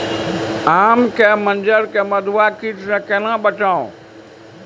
आम के मंजर के मधुआ कीट स केना बचाऊ?